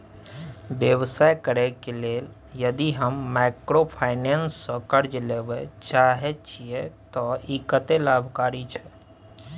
व्यवसाय करे के लेल यदि हम माइक्रोफाइनेंस स कर्ज लेबे चाहे छिये त इ कत्ते लाभकारी छै?